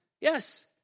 Yes